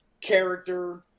character